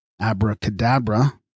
Abracadabra